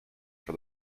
for